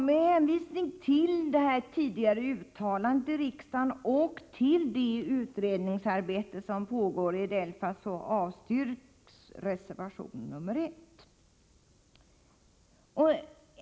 Med hänvisning till tidigare uttalanden i riksdagen och till utredningsarbetet som pågår i DELFA avstyrks reservation 1.